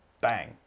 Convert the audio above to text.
bang